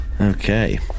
Okay